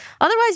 otherwise